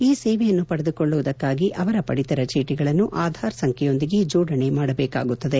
ಈ ಸೇವೆಯನ್ನು ಪಡೆದುಕೊಳ್ಳುವುದಕ್ಷಾಗಿ ಅವರ ಪಡಿತರ ಚೀಟಿಗಳನ್ನು ಆಧಾರ್ ಸಂಖ್ಯೆಯೊಂದಿಗೆ ಜೋಡಣೆ ಮಾಡಬೇಕಾಗುತ್ತದೆ